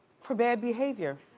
for bad behavior.